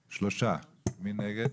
3. מי נגד?